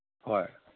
ꯍꯣꯏ